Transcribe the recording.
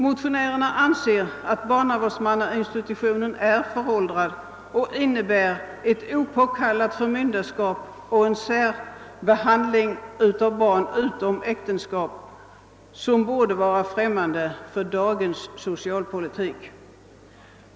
Motionärerna anser att barnavårdsmannainstitutionen är föråldrad och att den innebär ett opåkallat förmynderskap och en särbehandling av barn utom äktenskap vilken borde vara främmande för dagens socialpolitik.